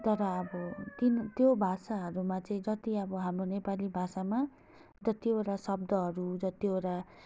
तर अब ती त्यो भाषाहरूमा चाहिँ जति अब हाम्रो नेपाली भाषामा जतिवटा शब्दहरू जतिवटा